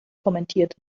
kommentiert